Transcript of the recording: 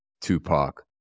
Tupac